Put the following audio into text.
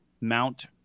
Mount